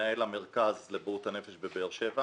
מנהל המרכז לבריאות הנפש בבאר שבע